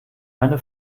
eine